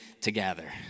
together